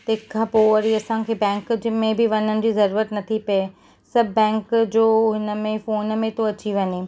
तंहिंखां पोइ वरी असांखे बैंक में भी वञण जी ज़रूरत न थी पए सभु बैंक जो हिनमें फ़ोन में थो अची वञे